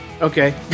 Okay